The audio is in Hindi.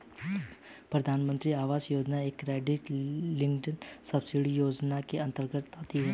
प्रधानमंत्री आवास योजना एक क्रेडिट लिंक्ड सब्सिडी योजना के अंतर्गत आती है